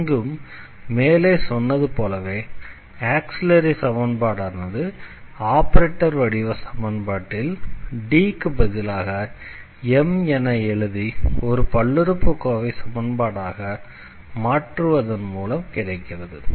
இங்கும் மேலே சொன்னது போலவே ஆக்ஸிலரி சமன்பாடானது ஆபரேட்டர் வடிவ சமன்பாட்டில் D க்கு பதிலாக m என எழுதி ஒரு பல்லுறுப்புக்கோவை சமன்பாடாக மாற்றுவதன் மூலம் கிடைக்கிறது